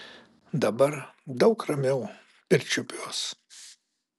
dabar daug ramiau pirčiupiuos